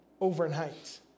overnight